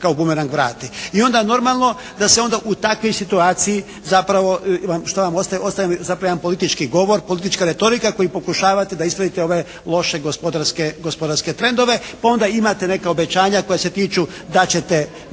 I onda normalno da se onda u takvoj situaciji zapravo, šta nam ostaje, ostaje nam zapravo jedan politički govor, politička retorika koji pokušavate da ispravite ove loše gospodarske trendove. Pa onda imate neka obećanja koja se tiču da ćete, da